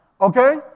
Okay